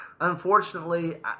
Unfortunately